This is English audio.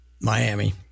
Miami